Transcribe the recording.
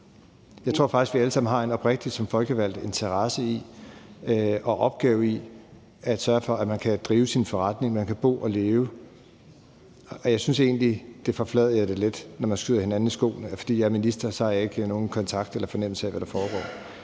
Jeg tror faktisk, vi alle som folkevalgte har en oprigtig interesse og opgave i at sørge for, at man kan drive sin forretning og bo og leve, som man ønsker, og jeg synes egentlig, det forfladiger det lidt, når man skyder mig i skoene, at fordi jeg er minister, har jeg ingen kontakt med eller fornemmelse for, hvad der foregår.